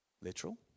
Literal